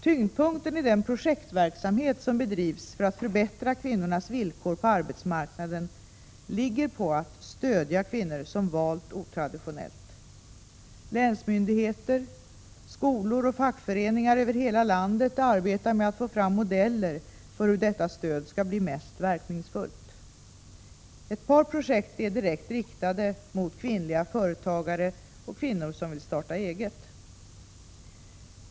Tyngdpunkten i den projektverksamhet som bedrivs för att förbättra kvinnornas villkor på arbetsmarknaden ligger på att stödja kvinnor som valt otraditionellt. Länsmyndigheter, skolor och fackföreningar över hela landet arbetar med att få fram modeller för hur detta stöd skall bli mest verkningsfullt. Ett par projekt är direkt inriktade mot kvinnliga företagare och kvinnor som vill starta eget.